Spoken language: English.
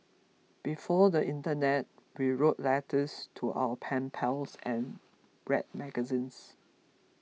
before the internet we wrote letters to our pen pals and read magazines